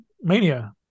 Mania